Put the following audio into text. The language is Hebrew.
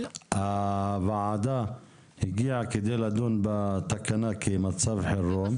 הוועדה הגיעה כדי לדון בתקנה כמצב חירום.